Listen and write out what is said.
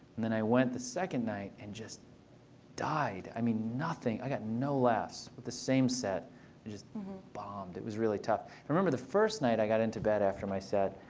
then i went the second night and just died. i mean, nothing. i got no laughs with the same set. i and just bombed. it was really tough. remember the first night i got into bed after my set.